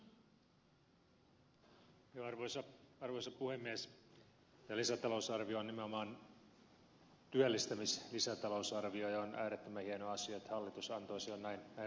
lisätalousarvio on nimenomaan työllistämislisätalousarvio ja on äärettömän hieno asia että hallitus antoi sen jo näin varhaisessa vaiheessa